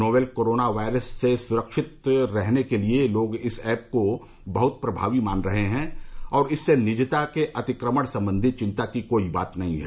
novel corona virus से सुरक्षित रहने के लिए लोग इस ऐप को बहुत प्रभावी मान रहे हैं और इससे निजता के अतिक्रमण संबंधी चिंता की कोई बात नहीं है